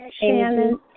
Shannon